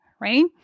right